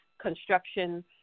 construction